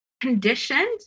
conditioned